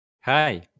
Hi